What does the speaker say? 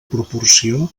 proporció